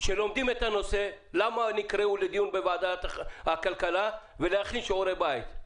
שילמדו את הנושא למה נקראו לדיון בוועדת הכלכלה ולהכין שיעורי בית.